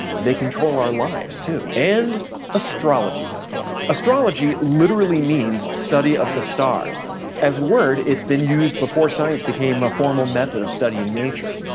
they control our lives too, and astrology was born. astrology literally means study of the stars as a word it's been used before science became a formal method of studying nature.